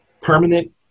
Permanent